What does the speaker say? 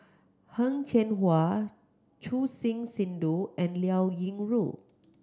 Heng Cheng Hwa Choor Singh Sidhu and Liao Yingru